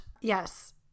yes